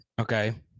okay